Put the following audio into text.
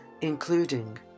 including